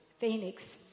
Phoenix